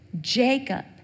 Jacob